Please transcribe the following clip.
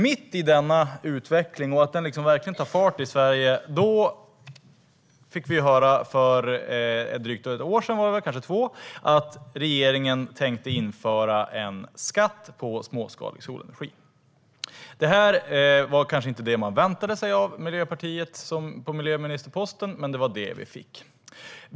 Mitt i denna utveckling, som verkligen tar fart i Sverige, fick vi för drygt ett år sedan, kanske två, höra att regeringen tänkte införa en skatt på småskalig solenergi. Det här var kanske inte det man väntade sig med Miljöpartiet på miljöministerposten, men det var det vi fick.